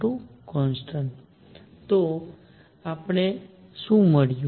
તો આપણને શું મળ્યું છે